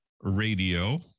Radio